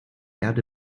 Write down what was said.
erde